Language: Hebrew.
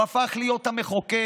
הוא הפך להיות המחוקק,